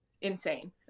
insane